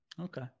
okay